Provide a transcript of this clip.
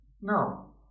No